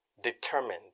determined